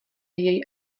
jej